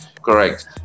Correct